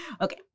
Okay